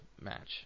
match